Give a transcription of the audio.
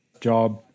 job